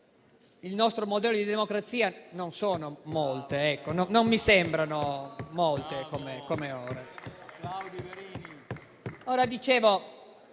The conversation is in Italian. il nostro modello di democrazia non sono molte, non mi sembrano molte.